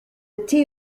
thé